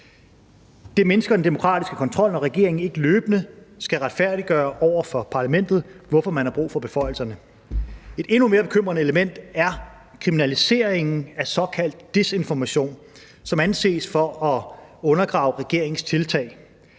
Det mindsker den demokratiske kontrol, når regeringen ikke løbende skal retfærdiggøre over for parlamentet, hvorfor man har brug for beføjelserne. Et endnu mere bekymrende element er kriminaliseringen af såkaldt desinformation, som anses for at undergrave regeringens tiltag.